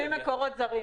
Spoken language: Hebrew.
לפי מקורות זרים.